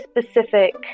specific